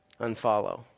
unfollow